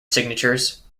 signatures